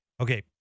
Okay